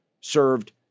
served